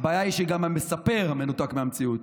הבעיה היא שגם המְספֵּר מנותק מהמציאות.